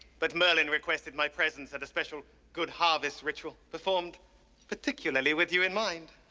but merlin requested my presence at a special good harvest ritual performed particularly with you in mind.